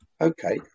Okay